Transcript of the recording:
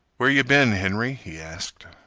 where yeh been, henry? he asked.